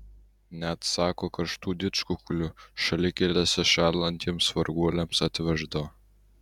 net sako karštų didžkukulių šalikelėse šąlantiems varguoliams atveždavo